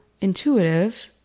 intuitive